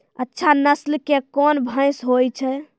अच्छा नस्ल के कोन भैंस होय छै?